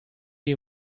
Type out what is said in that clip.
you